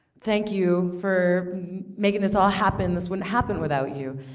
thank you for making this all happen, this wouldn't happen without you,